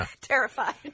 terrified